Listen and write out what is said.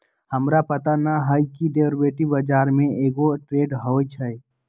हमरा पता न हए कि डेरिवेटिव बजार में कै गो ट्रेड होई छई